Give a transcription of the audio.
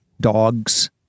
dogs